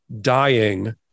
dying